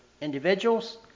individuals